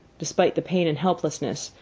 despite the pain and helplessness,